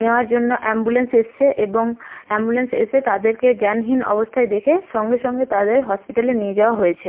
নেওয়ার জন্য অ্যাম্বুলেন্স এসছে এবং অ্যাম্বুলেন্স এসে তাদেরকে জ্ঞানহীন অবস্থায় দেখে সঙ্গে সঙ্গে তাদের হসপিটালে নিয়ে যাওয়া হয়েছে